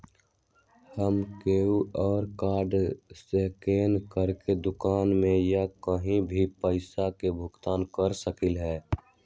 हम QR code scan करके दुकान में या कहीं भी पैसा के भुगतान कर सकली ह?